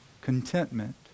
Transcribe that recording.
contentment